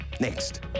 next